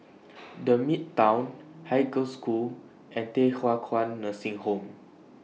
The Midtown Haig Girls' School and Thye Hua Kwan Nursing Home